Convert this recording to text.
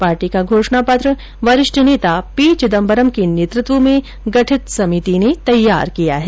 party का घोषणा पत्र वरिष्ठ नेता पी चिदम्बरम के नेतृत्व में गठित समिति ने तैयार किया है